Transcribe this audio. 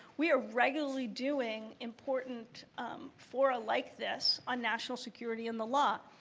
we are regularly doing important fora like this on national security and the law.